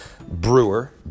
brewer